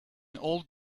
old